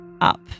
up